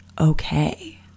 okay